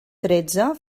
tretze